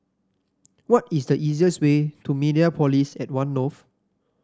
what is the easiest way to Mediapolis at One North